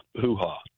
hoo-ha